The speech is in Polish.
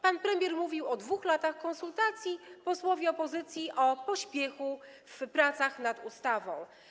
Pan premier mówił o 2 latach konsultacji, posłowie opozycji - o pośpiechu w pracach nad ustawą.